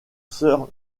soeurs